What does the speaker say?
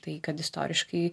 tai kad istoriškai